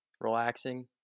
Relaxing